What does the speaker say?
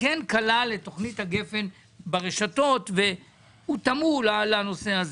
כן כלל את תוכנית הגפן ברשתות והן הותאמו לנושא הזה.